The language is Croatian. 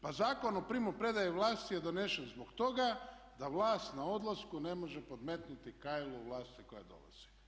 Pa Zakon o primopredaji vlasti je donesen zbog toga da vlast na odlasku ne može podmetnuti kajlu vlasti koja dolazi.